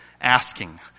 asking